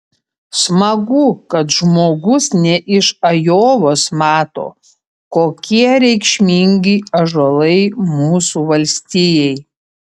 smagu kad žmogus ne iš ajovos mato kokie reikšmingi ąžuolai mūsų valstijai